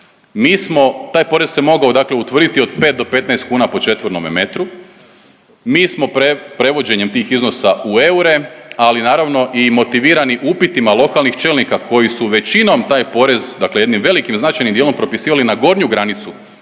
taj porez se mogao dakle utvrditi od 5 do 15 kuna po četvornome metru. Mi smo prevođenjem tih iznosa u eure ali naravno i motivirani upitima lokalnih čelnika koji su većinom taj porez, dakle jednim velikim značajnim dijelom propisivali na gornju granicu